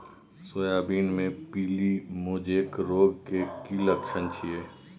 Soybean मे पीली mosaic रोग के की लक्षण छीये?